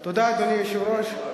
תודה, אדוני היושב-ראש.